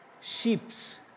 sheeps